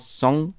song